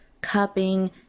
cupping